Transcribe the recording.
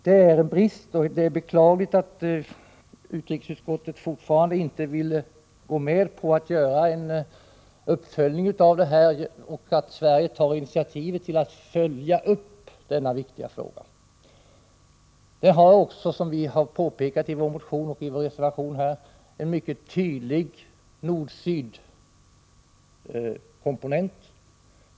Det är en brist, och det är beklagligt att utskottet fortfarande inte vill gå med på att Sverige bör ta initiativ till en uppföjning av denna viktiga fråga. Den har också, som vi påpekar i vår motion och vår reservation, en mycket tydlig nord-syd-komponent.